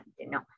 no